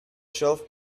shelf